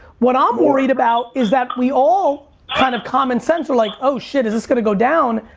what i'm worried about is that we all kind of common sense are like, oh shit, is this gonna go down?